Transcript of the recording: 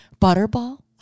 butterball